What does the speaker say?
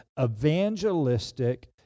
evangelistic